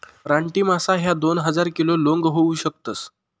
रानटी मासा ह्या दोन हजार किलो लोंग होऊ शकतस